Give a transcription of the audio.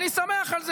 אני שמח על זה.